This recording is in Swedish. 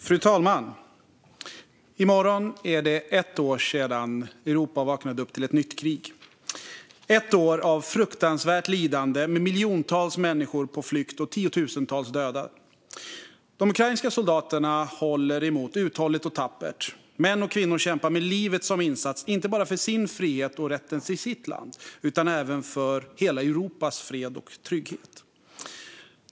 Fru talman! I morgon är ett år sedan Europa vaknade upp till ett nytt krig. Det har varit ett år av fruktansvärt lidande med miljontals människor på flykt och tiotusentals döda. De ukrainska soldaterna håller emot uthålligt och tappert. Män och kvinnor kämpar med livet som insats inte bara för sin frihet och rätten till sitt land utan även för hela Europas fred och trygghet.